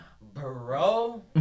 Bro